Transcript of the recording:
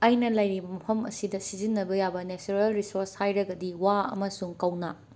ꯑꯩꯅ ꯂꯩꯔꯤꯕ ꯃꯐꯝ ꯑꯁꯤꯗ ꯁꯤꯖꯤꯟꯅꯕ ꯌꯥꯕ ꯅꯦꯆꯔꯦꯜ ꯔꯤꯁꯣꯁ ꯍꯥꯏꯔꯒꯗꯤ ꯋꯥ ꯑꯃꯁꯨꯡ ꯀꯧꯅꯥ